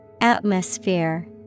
Atmosphere